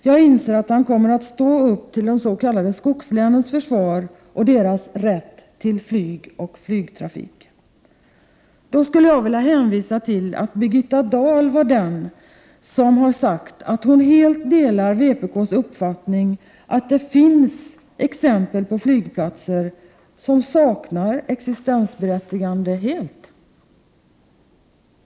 Jag inser att han kommer att stå upp till de s.k. skogslänens försvar och deras rätt till flyg och flygtrafik. Jag vill då hänvisa till att Birgitta Dahl har sagt sig helt dela vpk:s uppfattning, att det finns exempel på flygplatser som totalt saknar existensberättigande.